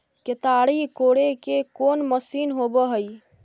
केताड़ी कोड़े के कोन मशीन होब हइ?